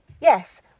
Yes